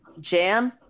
Jam